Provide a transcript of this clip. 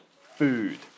food